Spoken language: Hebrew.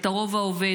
את הרוב העובד,